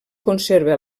conserva